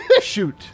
shoot